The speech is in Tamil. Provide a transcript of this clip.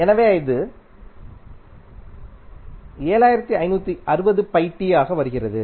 எனவே அது ஆக வருகிறது